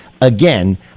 again